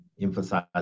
emphasize